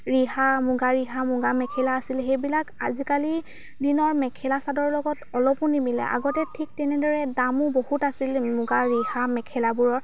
ৰিহা মুগা ৰিহা মুগা মেখেলা আছিল সেইবিলাক আজিকালি দিনৰ মেখেলা চাদৰৰ লগত অলপো নিমিলে আগতে ঠিক তেনেদৰে দামো বহুত আছিল মুগা ৰিহা মেখেলাবোৰৰ